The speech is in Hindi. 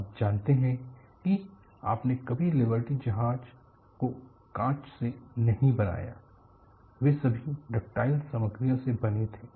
आप जानते हैं कि आपने कभी लिबर्टी जहाज को कांच से नहीं बनाया वे सभी डक्टाइल सामग्रियों से बने थे